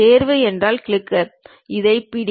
தேர்வு என்றால் கிளிக் இதை பிடி